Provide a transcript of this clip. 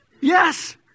Yes